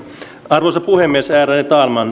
arvoisa puhemies ärade talman